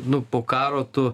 nu po karo tu